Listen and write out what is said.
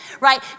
right